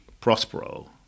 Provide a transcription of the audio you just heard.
Prospero